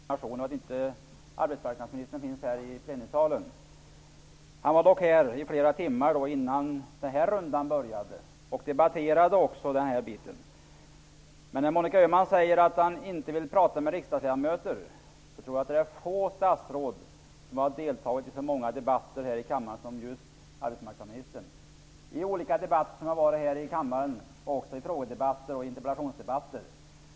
Herr talman! Även Monica Öhman uttalar indignation över att arbetsmarknadsministern inte finns här i plenisalen nu. Han var dock här i flera timmar innan den här rundan började. Då debatterade han också dessa frågor. Monica Öhman säger att arbetsmarknadsministern inte vill prata med riksdagsledamöter. Jag tror att det är få statsråd som har deltagit i så många debatter här i kammaren som just arbetsmarknadsministern. Han har ställt upp mycket i olika debatter, bl.a. frågestunder och interpellationsdebatter.